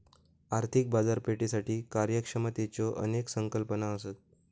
आर्थिक बाजारपेठेसाठी कार्यक्षमतेच्यो अनेक संकल्पना असत